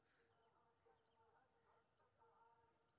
UPI से केना पैसा भेजल जा छे?